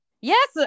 Yes